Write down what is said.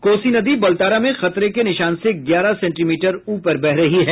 कोसी नदी बलतारा में खतरे के निशान से ग्यारह सेंटीमीटर ऊपर बह रही है